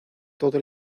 todo